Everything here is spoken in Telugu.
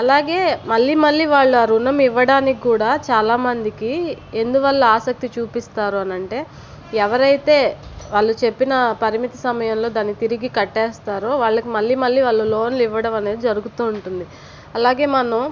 అలాగే మళ్ళీ మళ్ళీ వాళ్ళ ఋణం ఇవ్వడానికి కూడా చాలా మందికి ఎందువల్ల ఆసక్తి చూపిస్తారు అనంటే ఎవరైతే వాళ్ళు చెప్పిన పరిమితి సమయంలో దాన్ని తిరిగి కట్టేస్తారో వాళ్లకి మళ్ళీ మళ్ళీ వాళ్ళు లోన్లు ఇవ్వడమనేది జరుగుతూ ఉంటుంది అలాగే మనం